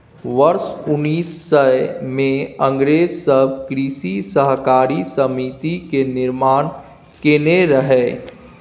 वर्ष उन्नैस सय मे अंग्रेज सब कृषि सहकारी समिति के निर्माण केने रहइ